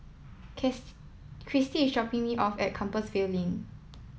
kiss Kristy is dropping me off at Compassvale Lane